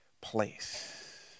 place